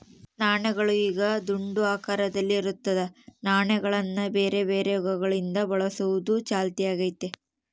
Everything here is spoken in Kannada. ನಾಣ್ಯಗಳು ಈಗ ದುಂಡು ಆಕಾರದಲ್ಲಿ ಇರುತ್ತದೆ, ನಾಣ್ಯಗಳನ್ನ ಬೇರೆಬೇರೆ ಯುಗಗಳಿಂದ ಬಳಸುವುದು ಚಾಲ್ತಿಗೈತೆ